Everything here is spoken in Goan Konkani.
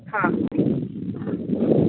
हां